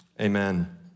Amen